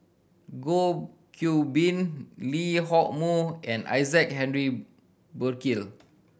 Goh Qiu Bin Lee Hock Moh and Isaac Henry Burkill